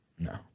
No